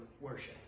worship